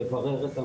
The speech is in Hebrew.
ולברר את הנושא.